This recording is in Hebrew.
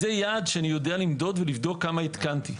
זה יעד שאני יודע לבדוק ולמדוד כמה התקנתי.